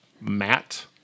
Matt